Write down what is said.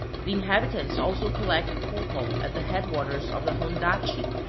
the inhabitants also collect copal at the headwaters of the hondachi,